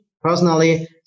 personally